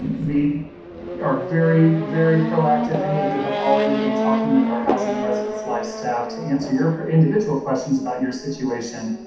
we are very, very proactive, many of you have already been talking with our housing and residence life staff to answer your individual questions about your situation.